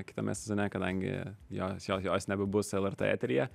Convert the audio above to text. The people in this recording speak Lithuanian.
kitame sezone kadangi jos jos jos nebebus lrt eteryje